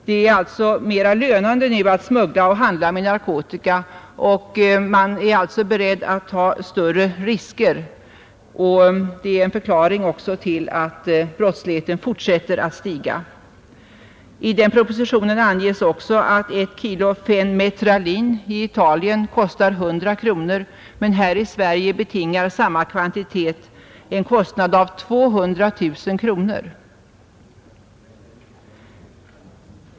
Det är alltså mera lönande nu att smuggla och handla med narkotika, och man är beredd att ta större risker. Det är också en förklaring till att brottsligheten fortsätter att stiga. I propositionen anges också att 1 kg fenmetralin i Italien kostar 100 kronor; här i Sverige betingar samma kvantitet ett pris av 200 000 kronor.